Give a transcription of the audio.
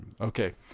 Okay